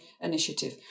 initiative